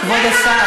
כבוד השר,